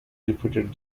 defeated